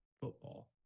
football